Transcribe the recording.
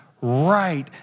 right